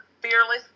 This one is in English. fearless